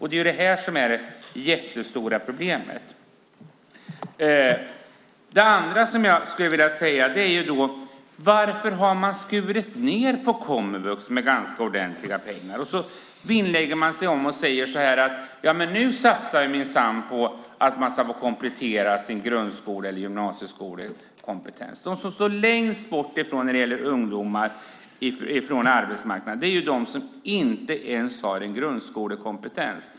Det är det jättestora problemet. Det andra som jag vill säga är att man har skurit ned på komvux med ganska ordentliga pengar. Sedan vinnlägger man sig om det och säger: Nu satsar vi minsann på att ungdomar ska få komplettera sin grundskole eller gymnasiekompetens. De ungdomar som står längst bort från arbetsmarknaden är de som inte ens har en grundskolekompetens.